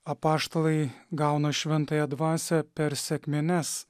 apaštalai gauna šventąją dvasią per sekmines